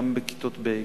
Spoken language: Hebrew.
גם בכיתות ב',